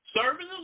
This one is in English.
Serving